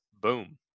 boom